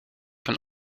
van